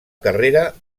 carrera